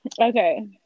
Okay